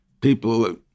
People